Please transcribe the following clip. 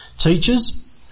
Teachers